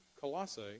Colossae